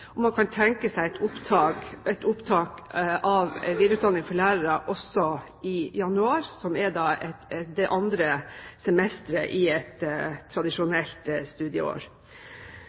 tenke seg et opptak for videreutdanning av lærere også i januar, som er det andre semesteret i et tradisjonelt studieår.